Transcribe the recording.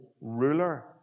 ruler